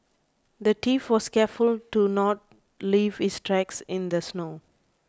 the thief was careful to not leave his tracks in the snow